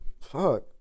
Fuck